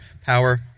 power